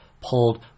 pulled